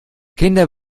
kinder